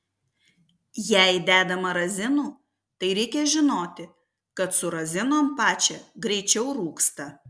jei dedama razinų tai reikia žinoti kad su razinom pascha greičiau rūgsta